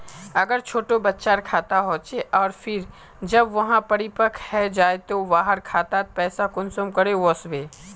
अगर छोटो बच्चार खाता होचे आर फिर जब वहाँ परिपक है जहा ते वहार खातात पैसा कुंसम करे वस्बे?